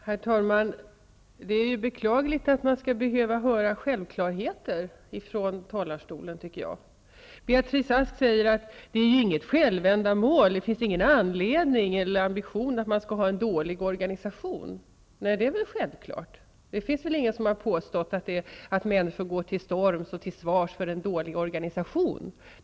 Herr talman! Det är beklagligt att man skall behöva höra självklarheter från talarstolen. Beatrice Ask säger att det inte är ett självändamål, att det inte finns en ambition att ha en dålig organisation. Men det är väl självklart. Det finns ingen som har påstått att människor går till svars för en dålig organisation.